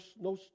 no